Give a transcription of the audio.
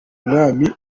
mwami